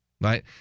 Right